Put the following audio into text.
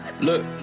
Look